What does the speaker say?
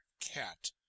cat